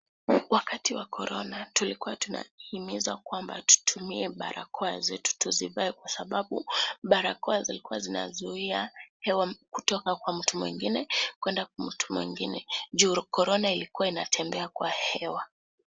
Wakati wa corona tulikua tunahimiza kwamba tutumie barakoa zetu, tuzivae kwa sababu barakoa ilikua inazuia hewa kutoka kwa mtu mwengine, kuenda kwa mtu mwengine. Juu corona ilikua inatembea kwa hewa.